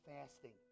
fasting